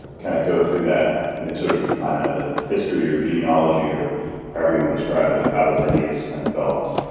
kind of go through that you know sort of i don't know the history or genealogy or however you want to describe it of how those ideas kind of developed.